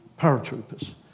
paratroopers